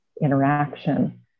interaction